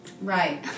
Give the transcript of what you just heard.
Right